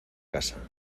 casa